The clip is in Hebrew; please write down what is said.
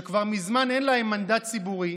שכבר מזמן אין להם מנדט ציבורי,